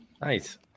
Nice